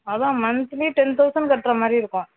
அதுதான் monthly ten thousand கட்டுற மாதிரி இருக்கும்